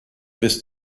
bis